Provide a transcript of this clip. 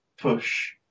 push